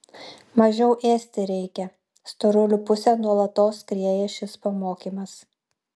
mažiau ėsti reikia storulių pusėn nuolatos skrieja šis pamokymas